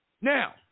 Now